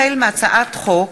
החל בהצעת חוק